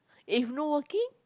if no working